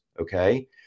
okay